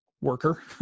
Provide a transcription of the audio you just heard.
worker